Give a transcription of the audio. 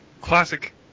classic